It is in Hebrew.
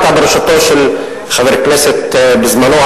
בראשות חבר הכנסת כחלון,